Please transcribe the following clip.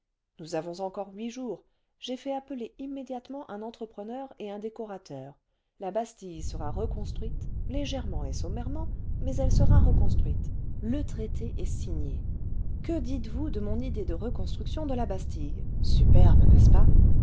nous avons encore huit jours j'ai fait appeler immédiatement un entrepreneur et un décorateur la bastille sera reconstruite légèrement et sommairement mais elle sera reconstruite le traité est signé que ditesvous de mon idée de reconstruction de la bastille superbe n'est-ce pas